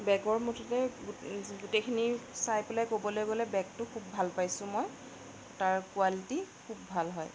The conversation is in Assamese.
বেগৰ মুঠতে গোট যি গোটেইখিনি চাই পেলাই ক'বলৈ গ'লে বেগটো খুব ভাল পাইছোঁ মই তাৰ কোৱালিটি খুব ভাল হয়